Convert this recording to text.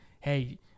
hey